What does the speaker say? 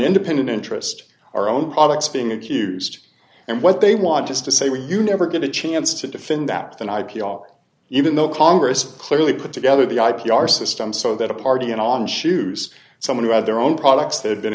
independent interest our own products being accused and what they want just to say were you never going to chance to defend that than i p r even though congress clearly put together the i p r system so that a party in on shoes someone who had their own products that had been